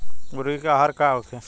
मुर्गी के आहार का होखे?